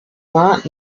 not